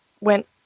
went